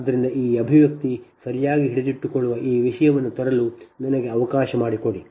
ಆದ್ದರಿಂದ ಆ ಅಭಿವ್ಯಕ್ತಿ ಸರಿಯಾಗಿ ಹಿಡಿದಿಟ್ಟುಕೊಳ್ಳುವ ಈ ವಿಷಯವನ್ನು ತರಲು ನನಗೆ ಅವಕಾಶ ಮಾಡಿಕೊಡಿ